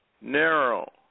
narrow